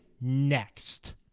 next